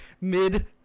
Mid